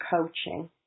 coaching